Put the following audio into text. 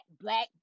black